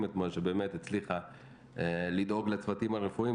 אתמול שבאמת התחילה לדאוג לצוותים הרפואיים.